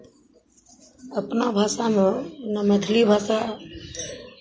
अपना भाषामे ओना मैथिली भाषा